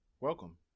Welcome